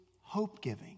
hope-giving